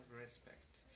respect